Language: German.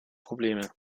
probleme